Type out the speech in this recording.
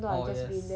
oh yes